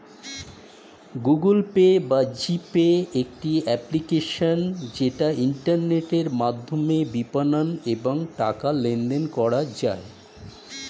Google Pay বা G Pay একটি application যেটা ইন্টারনেটের মাধ্যমে বিপণন এবং টাকা লেনদেন করা যায়